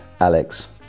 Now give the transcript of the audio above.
alex